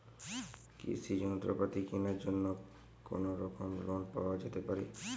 কৃষিযন্ত্রপাতি কেনার জন্য কোনোরকম লোন পাওয়া যেতে পারে?